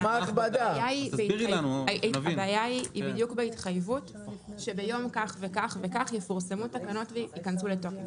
הבעיה היא בדיוק בהתחייבות שביום כך וכך יפורסמו תקנות וייכנסו לתוקף.